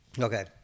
okay